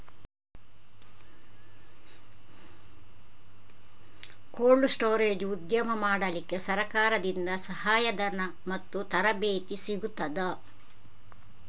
Cold storage ಉದ್ಯಮ ಮಾಡಲಿಕ್ಕೆ ಸರಕಾರದಿಂದ ಸಹಾಯ ಧನ ಮತ್ತು ತರಬೇತಿ ಸಿಗುತ್ತದಾ?